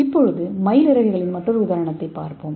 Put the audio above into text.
இப்போது மயில் இறகுகளின் மற்றொரு உதாரணத்தைப் பார்ப்போம்